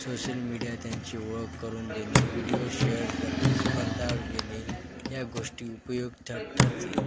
social media त्यांचे ओळख करून देणे व्हिडिओ शेअर करणे स्पर्धा घेणे या गोष्टी उपयोग ठर ठरतील